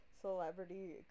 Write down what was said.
celebrity